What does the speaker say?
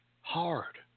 hard